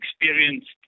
experienced